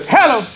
Hello